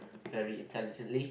very intelligently